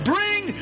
Bring